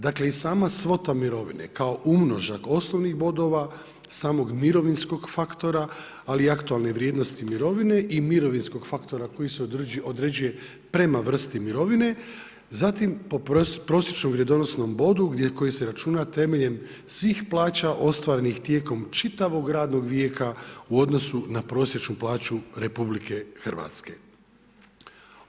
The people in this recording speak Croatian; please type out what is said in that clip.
Dakle i sama svota mirovine kao umnožak osnovnih bodova, samog mirovinskog faktora ali i aktualne vrijednosti mirovine i mirovinskog faktora koji se određuje prema vrsti mirovine, zatim po prosječnom vrijedonosnom bodu koji se računa temeljem svih plaća ostvarenih tijekom čitavog radnog vijeka u odnosu na prosječnu plaću Republike Hrvatske.